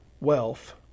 wealth